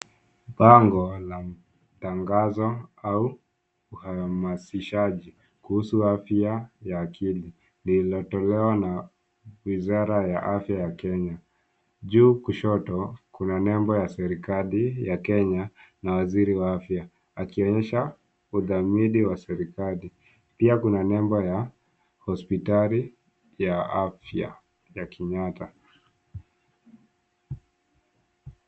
Bango la tangazo au uhamasishaji kuhusu afya ya akili iliyotolewa na wizara ya afya ya Kenya. Juu kushoto kuna nembo ya serikali ya kenya na waziri wa afya akionyesha udhamini wa serikali. Pia kuna nembo ya hosipitali ya afya ya Kenyatta.